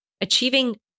achieving